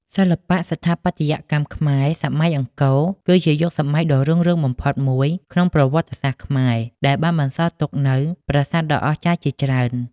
សិល្បៈស្ថាបត្យកម្មខ្មែរសម័យអង្គរ គឺជាយុគសម័យដ៏រុងរឿងបំផុតមួយក្នុងប្រវត្តិសាស្រ្តខ្មែរ ដែលបានបន្សល់ទុកនូវប្រាសាទដ៏អស្ចារ្យជាច្រើន។